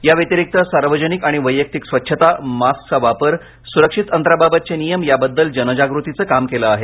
या व्यतिरिक्त सार्वजनिक आणि वैयक्तिक स्वच्छता मास्कचा वापर सुरक्षित अंतराबाबतचे नियम याबद्दल जनजागृतीचं काम केलं आहे